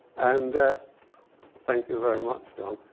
and thank you very much, john,